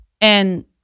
and-